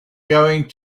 going